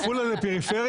עפולה היא פריפריה?